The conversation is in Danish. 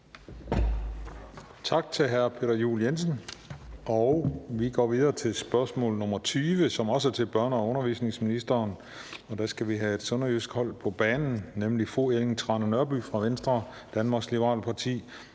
Tak til hr. Peter Juel-Jensen. Vi går videre til spørgsmål nr. 20, som også er til børne- og undervisningsministeren, og der skal vi have et sønderjysk hold på banen, nemlig fru Ellen Trane Nørby fra Venstre, Danmarks Liberale Parti,